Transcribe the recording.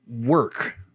work